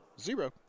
zero